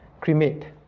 Cremate